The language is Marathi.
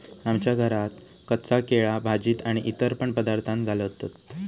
आमच्या घरात कच्चा केळा भाजीत आणि इतर पण पदार्थांत घालतत